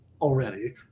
already